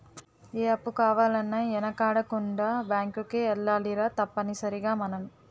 ఏ అప్పు కావాలన్నా యెనకాడకుండా బేంకుకే ఎల్లాలిరా తప్పనిసరిగ మనం